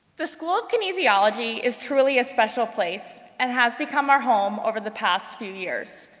the school of kinesiology is truly a special place, and has become our home over the past few years.